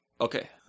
Okay